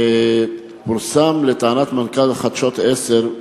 פורסם שלטענת מנכ"ל חדשות-10,